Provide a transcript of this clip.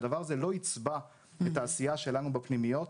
שהדבר הזה לא יצבע את העשייה שלנו בפנימיות.